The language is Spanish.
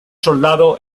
soldado